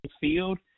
field